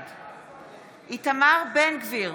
בעד איתמר בן גביר,